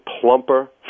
plumper